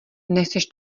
nechceš